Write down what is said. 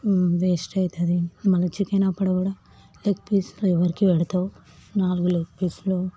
waste అవుతుంది మళ్ళా chicken అప్పుడు కూడా లెగ్ పీస్లు ఎవరికి పెడతావు నాలుగు లెగ్ పీస్లు